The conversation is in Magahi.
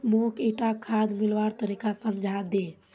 मौक ईटा खाद मिलव्वार तरीका समझाइ दे